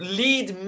lead